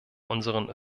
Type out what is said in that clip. unseren